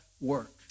work